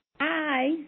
Hi